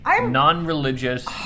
non-religious